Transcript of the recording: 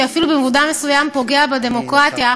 שאפילו במובן מסוים פוגע בדמוקרטיה,